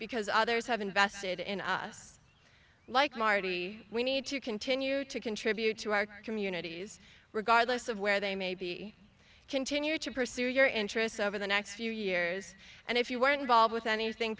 because others have invested in us like marty we need to continue to contribute to our communities regardless of where they may be continue to pursue your interests over the next few years and if you weren't involved with anything